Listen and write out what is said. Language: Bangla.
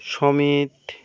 সমিধ